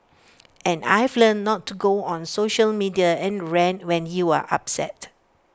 and I've learnt not to go on social media and rant when you're upset